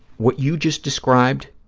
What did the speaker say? what you just described,